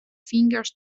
fingers